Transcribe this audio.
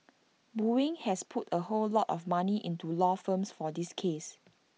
boeing has put A whole lot of money into law firms for this case